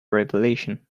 revelation